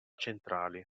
centrali